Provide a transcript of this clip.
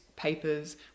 Papers